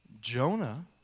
Jonah